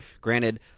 Granted